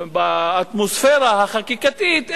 באטמוספירה החקיקתית,